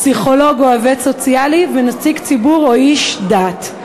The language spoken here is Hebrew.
פסיכולוג או עובד סוציאלי ונציג ציבור או איש דת.